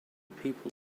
people